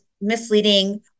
misleading